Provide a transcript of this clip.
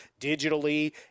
digitally